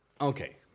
Okay